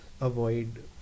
avoid